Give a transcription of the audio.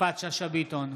יפעת שאשא ביטון,